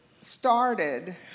started